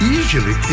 Easily